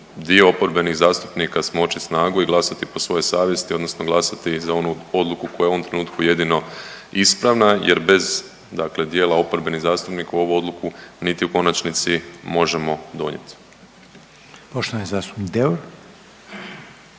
dio oporbenih zastupnika smoći snagu i glasati po svojoj savjesti odnosno glasati za onu odluku koja je u ovom trenutku jedino ispravna jer bez dakle dijela oporbenih zastupnika ovu odluku niti u konačnici možemo donijeti. **Reiner,